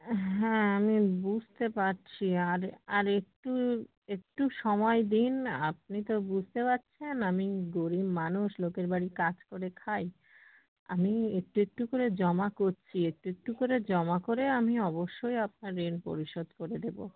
হ্যাঁ আমি বুঝতে পারছি আর আর একটু একটু সময় দিন আপনি তো বুজতে পারছেন আমি গরীব মানুষ লোকের বাড়ি কাজ করে খাই আমি একটু একটু করে জমা করছি একটু একটু করে জমা করে আমি অবশ্যই আপনার ঋণ পরিশোধ করে দেবো